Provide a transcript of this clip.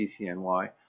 CCNY